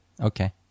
Okay